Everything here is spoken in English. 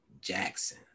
Jackson